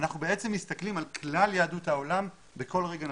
אנחנו בעצם מסתכלים על כלל יהדות העולם בכל רגע נתון.